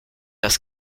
das